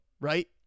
right